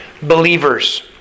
believers